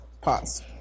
pause